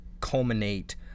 culminate